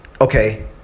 Okay